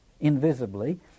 invisibly